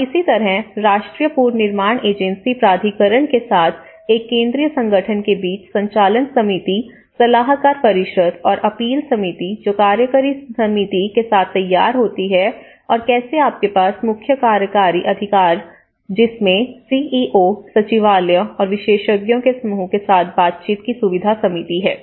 और इसी तरह राष्ट्रीय पुनर्निर्माण एजेंसी प्राधिकरण के साथ एक केंद्रीय संगठन के पास संचालन समिति सलाहकार परिषद और अपील समिति जो कार्यकारी समिति के साथ तैयार होती है और कैसे आपके पास मुख्य कार्यकारी अधिकारी जिसमें सी ई ओ सचिवालय और विशेषज्ञों के समूह के साथ बातचीत की सुविधा समिति है